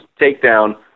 takedown